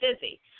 busy